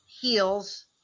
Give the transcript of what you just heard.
heels